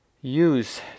use